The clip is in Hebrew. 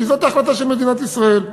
כי זו ההחלטה של מדינת ישראל,